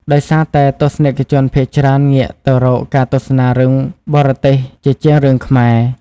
ដោយសារតែទស្សនិកជនភាគច្រើនងាកទៅរកការទស្សនារឿងបរទេសជាជាងរឿងខ្មែរ។